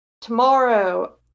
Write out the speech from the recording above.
tomorrow